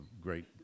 great